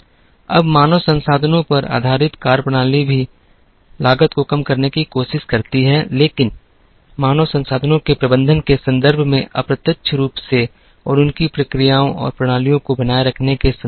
अब मानव संसाधनों पर आधारित कार्यप्रणाली भी लागत को कम करने की कोशिश करती है लेकिन मानव संसाधनों के प्रबंधन के संदर्भ में अप्रत्यक्ष रूप से और उनकी प्रक्रियाओं और प्रणालियों को बनाए रखने के संदर्भ में